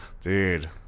dude